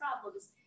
problems